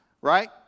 right